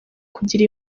kugira